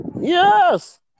Yes